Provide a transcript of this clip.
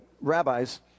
rabbis